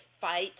fight